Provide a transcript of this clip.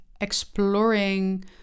exploring